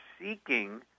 seeking